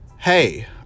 hey